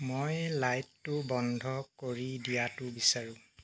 মই লাইটটো বন্ধ কৰি দিয়াটো বিচাৰোঁ